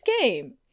game